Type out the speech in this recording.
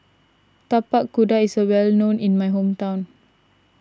Tapak Kuda is a well known in my hometown